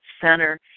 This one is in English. center